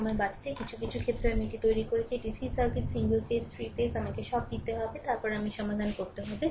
সময় বাঁচাতে কিছু কিছু ক্ষেত্রে আমি এটি তৈরি করেছি একটি C circuit single phase 3 phase আমাকে সব দিতে হবে তারপর আমি সমাধান করতে হবে